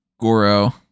Goro